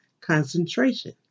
concentration